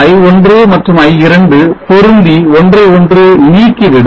i1 மற்றும் i2 பொருந்தி ஒன்றை ஒன்று நீக்கிவிடும்